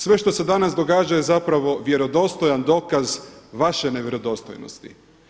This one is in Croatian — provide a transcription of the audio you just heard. Sve što se danas događa je zapravo vjerodostojan dokaz vaše nevjerodostojnosti.